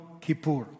Kippur